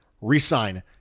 re-sign